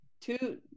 Two